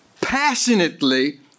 passionately